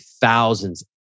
thousands